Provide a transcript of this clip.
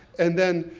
and then,